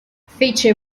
fece